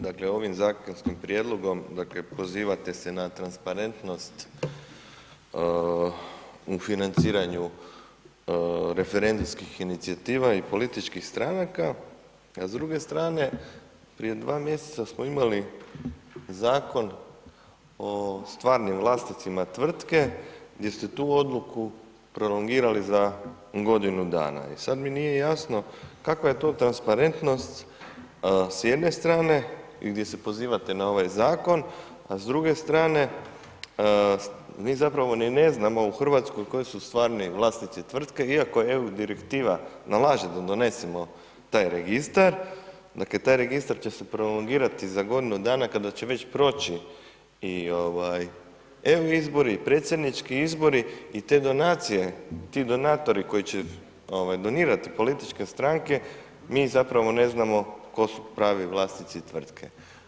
Dakle, ovim zakonskim prijedlogom, dakle, pozivate se na transparentnost u financiranju referendumskih inicijativa i političkih stranaka, a s druge strane, prije dva mjeseca smo imali Zakon o stvarnim vlasnicima tvrtke gdje ste tu odluku prolongirali za godinu dana i sad mi nije jasno kakva je to transparentnost s jedne strane i gdje se pozivate na ovaj zakon, a s druge strane mi zapravo ni ne znamo u RH koji su stvarni vlasnici tvrtke iako EU Direktiva nalaže da donesemo taj registar, dakle, taj registar će se prolongirati za godinu dana kada će već proći i EU izbori i predsjednički izbori i te donacije, ti donatori koji će donirati političke stranke, mi zapravo ne znamo tko su pravi vlasnici tvrtke.